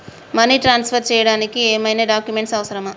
Money transfer చేయడానికి ఏమైనా documents అవసరమా?